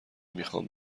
میخوام